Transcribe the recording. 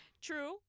True